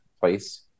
place